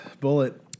bullet